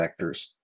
vectors